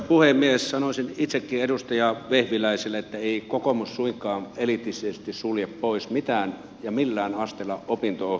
sanoisin itsekin edustaja vehviläiselle että ei kokoomus suinkaan elitistisesti sulje pois mitään ja millään asteella opinto ohjausta